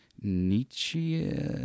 Nietzsche